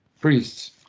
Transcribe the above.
priests